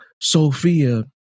Sophia